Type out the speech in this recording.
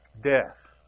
death